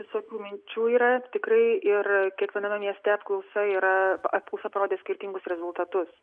visokių minčių yra tikrai ir kiekviename mieste apklausa yra apklausa parodė skirtingus rezultatus